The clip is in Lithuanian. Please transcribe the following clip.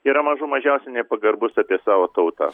yra mažų mažiausiai nepagarbus apie savo tautą